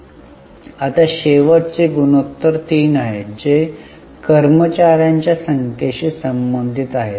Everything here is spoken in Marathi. आता शेवटचे गुणोत्तर 3 आहेत जे कर्मचार्यांच्या संख्येशी संबंधित आहेत